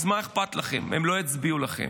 אז מה אכפת לכם, הם לא הצביעו לכם.